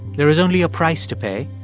there is only a price to pay.